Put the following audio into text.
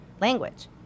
language